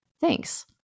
Thanks